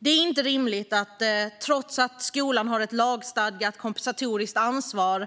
Det är inte rimligt att det, trots att skolan har ett lagstadgat kompensatoriskt ansvar,